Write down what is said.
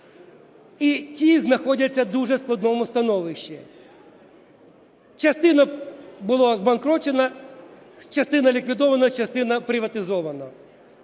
і ті знаходяться в дуже складному становищі. Частина була обанкрочена, частина ліквідована, частина приватизована,